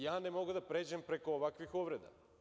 Ja ne mogu da pređem preko ovakvih uvreda.